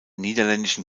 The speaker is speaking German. niederländischen